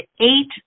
eight